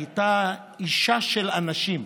היא הייתה אישה של אנשים.